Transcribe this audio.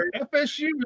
FSU